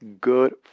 good